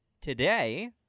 today